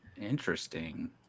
interesting